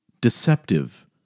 deceptive